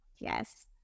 Yes